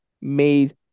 made